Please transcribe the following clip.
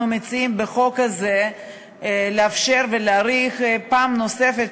אנחנו מציעים בחוק הזה לאפשר להאריך פעם נוספת,